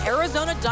Arizona